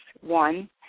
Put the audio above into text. One